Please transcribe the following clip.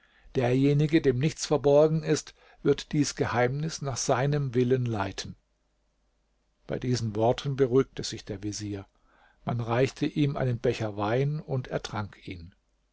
derjenige dem nichts verborgen ist wird dies geheimnis nach seinem willen leiten bei diesen worten beruhigte sich der vezier man reichte ihm einen becher wein und er trank ihn